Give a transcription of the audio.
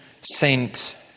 Saint